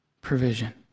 provision